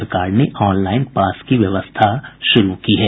सरकार ने online pass की व्यवस्था शुरू की है